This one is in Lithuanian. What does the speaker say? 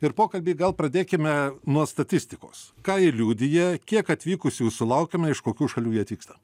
ir pokalbį gal pradėkime nuo statistikos ką ji liudija kiek atvykusių sulaukiame iš kokių šalių jie atvyksta